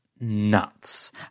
nuts